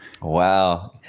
Wow